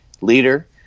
leader